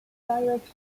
direct